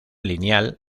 lineal